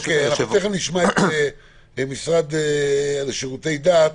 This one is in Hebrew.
תכף נשמע את המשרד לשירותי דת.